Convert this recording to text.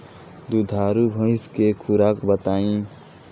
दुधारू भैंस के खुराक बताई?